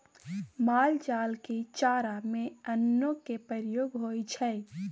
माल जाल के चारा में अन्नो के प्रयोग होइ छइ